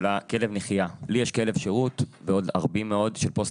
לי יש כלב שירות - ולעוד רבים מאד שהם פוסט